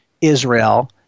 Israel